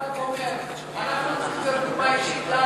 אבל אנחנו צריכים להיות דוגמה אישית.